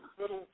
little